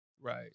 right